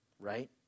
right